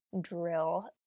drill